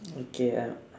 okay I